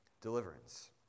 deliverance